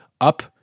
up